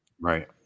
Right